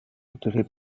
entourés